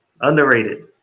underrated